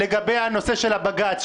לגבי הנושא של בג"ץ,